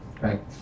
Right